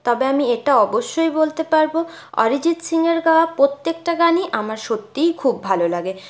তবে আমি এটা অবশ্যই বলতে পারবো অরিজিত সিং এর গাওয়া প্রত্যেকটা গানই আমার সত্যিই খুব ভালো লাগে